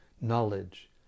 knowledge